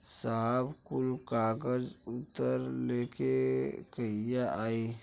साहब कुल कागज पतर लेके कहिया आई?